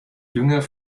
dünger